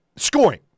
Scoring